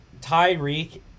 Tyreek